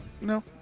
No